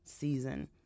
season